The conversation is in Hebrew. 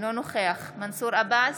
אינו נוכח מנסור עבאס,